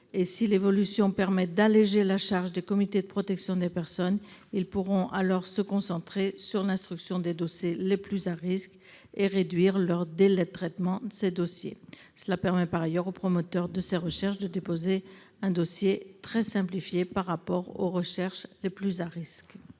cette évolution permet d'alléger la charge des comités de protection des personnes, ceux-ci pourront dès lors se concentrer sur l'instruction des dossiers les plus à risques et réduire leurs délais de traitement de ces dossiers. Cela permet par ailleurs aux promoteurs de ces recherches de déposer un dossier très simplifié par rapport aux recherches les plus à risques.